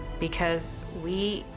because we,